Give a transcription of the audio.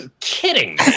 kidding